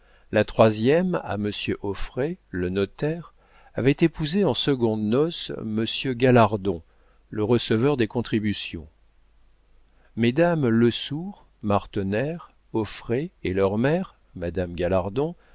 la troisième à monsieur auffray le notaire avait épousé en secondes noces monsieur galardon le receveur des contributions mesdames lesourd martener auffray et leur mère madame galardon